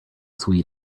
sweet